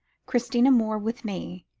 christina moore with me.